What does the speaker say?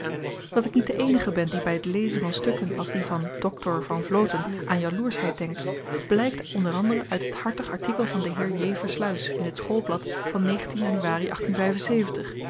dat ik niet de eenige ben die by t lezen van stukken als die van doctor van vloten aan jaloersheid denk blykt o a uit het hartig artikel van den heer j versluys in t schoolblad van januari